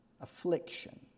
Affliction